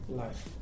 life